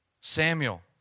Samuel